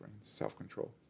self-control